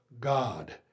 God